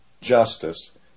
justice